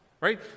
Right